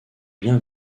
bien